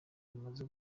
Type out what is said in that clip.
rumaze